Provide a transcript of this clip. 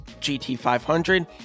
GT500